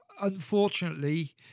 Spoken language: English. unfortunately